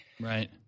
Right